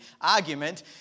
argument